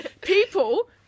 people